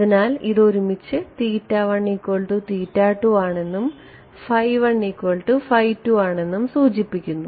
അതിനാൽ ഇത് ഒരുമിച്ച് ആണെന്നും ആണെന്നും സൂചിപ്പിക്കുന്നു